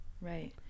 Right